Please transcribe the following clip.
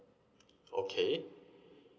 okay